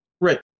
Right